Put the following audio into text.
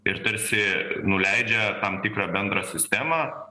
ir tarsi nuleidžia tam tikrą bendrą sistemą